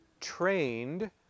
trained